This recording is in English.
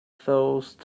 those